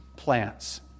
Plants